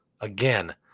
again